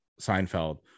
Seinfeld